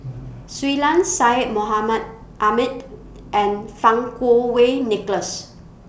Shui Lan Syed Mohamed Ahmed and Fang Kuo Wei Nicholas